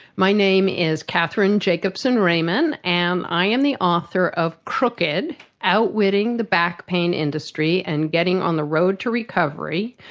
my name is cathryn jakobson ramin, and i am the author of crooked outwitting the back pain industry and getting on the road to recovery,